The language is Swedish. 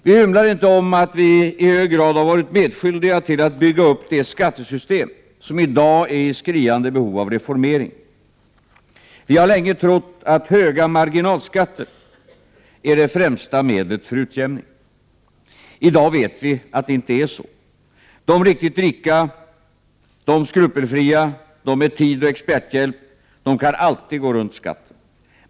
Vi hymlar inte om att vi i hög grad har varit medskyldiga till att bygga upp det skattesystem som i dag är i skriande behov av reformering. Vi har länge trott att höga marginalskattesatser är det främsta medlet för utjämning. I dag vet vi att det inte är så. De riktigt rika, de skrupelfria, de med tid och experthjälp kan alltid gå runt skatten.